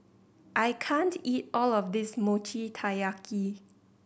I can't eat all of this Mochi Taiyaki